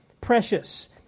precious